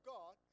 God